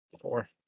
Four